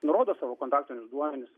nurodo savo kontaktinius duomenis